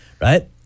Right